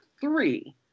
three